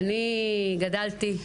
אני גדלתי,